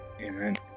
Amen